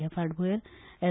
ह्या फाटभुयेर एल